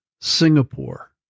singapore